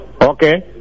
okay